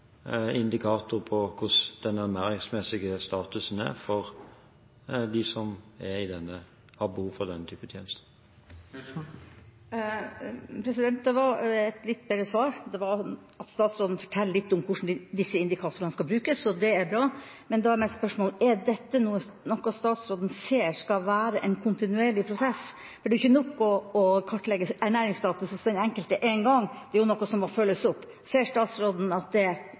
indikator på hvordan ernæringsmessig status er for dem som har behov for denne type tjenester. Det var et litt bedre svar, det at statsråden forteller litt om hvordan disse indikatorene skal brukes. Det er bra. Men da er mitt spørsmål: Er dette noe statsråden ser skal være en kontinuerlig prosess? For det er ikke nok å kartlegge ernæringsstatus hos den enkelte én gang, det er noe som må følges opp. Ser statsråden at det